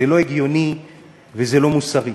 זה לא הגיוני וזה לא מוסרי.